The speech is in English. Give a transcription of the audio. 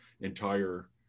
entire